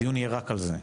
הדיון יהיה רק על זה.